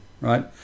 Right